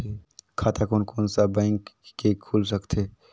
खाता कोन कोन सा बैंक के खुल सकथे?